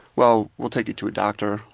well, we'll take you to a doctor,